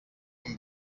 amb